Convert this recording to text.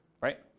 right